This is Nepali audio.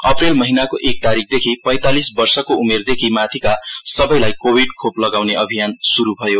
अप्रेल महिनाको एक तारिकदेखि पैंतालीस वर्षको उमेरदेखि माथिका सबैलाई कोविड खोल लगाउने अभियान शुरु भयो